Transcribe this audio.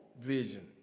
vision